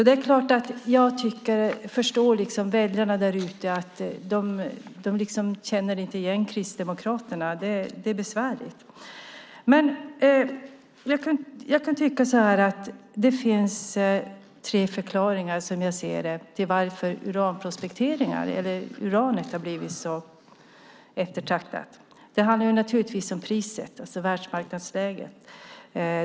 Det är klart att jag förstår att väljarna därute inte känner igen Kristdemokraterna. Det är besvärligt. Det finns, som jag ser det, tre förklaringar till varför uranet har blivit så eftertraktat. Det handlar för det första naturligtvis om priset och världsmarknadsläget.